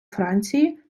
франції